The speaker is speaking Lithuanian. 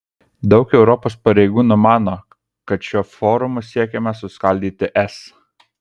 daug europos pareigūnų mano kad šiuo forumu siekiama suskaldyti es